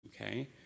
okay